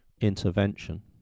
intervention